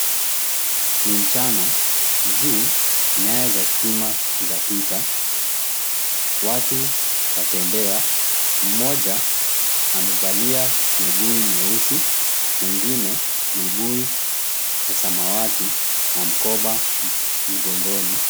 Ni mchana, juu nyaya za stima zapita, watu watembea, mmoja amevalia buibui nyeusi mwingine buibui ya samawati na mkoba mgongoni.